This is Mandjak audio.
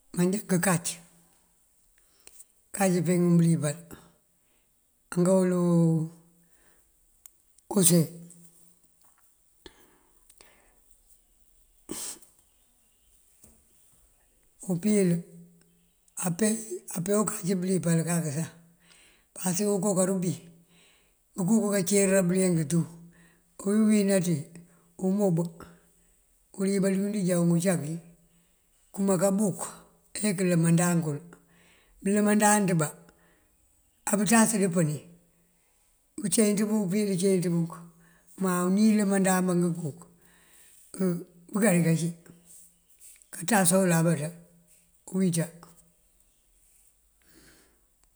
Manjá ngënkac, ngënkac peengun bëlípal angawël. umpí yël apee wukac bëlípal kak sá. Pasëk okoo karubí ngëguk kacera bëliyëng tú, uwína ţí wí umob. Uwël uwí balund joo uncak kumáa káabuk ayá këlëmandáan kël. Mëlëmandan bá abëncaţ këpëni bënceenc bí umpí yël ceenc bunk má unin lëmandan ngëbuk bëgá díka cí kanţas olabanţa uwínţa.